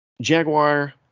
Jaguar